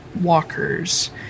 walkers